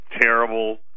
terrible